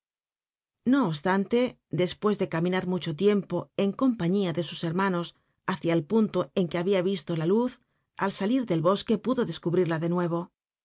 no obstante despues de caminar mucho tiempo en compaiíía de su hermanos hitcia el punto en que habia yislo la luz al salir del bosque pudo descubrirla de nuevo y